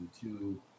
two